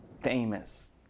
famous